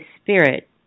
Spirit